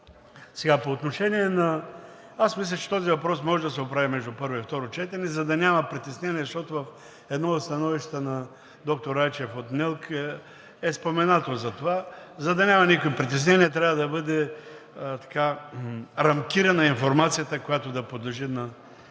не е публично достъпен. Мисля, че този въпрос може да се оправи между първо и второ четене, за да няма притеснения, защото в едно от становищата на доктор Райчев от НЕЛК е споменато за това. За да няма никакви притеснения, трябва да бъде рамкирана информацията, която да подлежи на